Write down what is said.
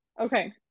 Okay